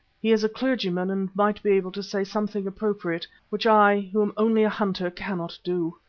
he is a clergyman and might be able to say something appropriate, which i, who am only a hunter, cannot do.